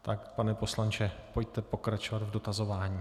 Tak, pane poslanče, pojďte pokračovat v dotazování.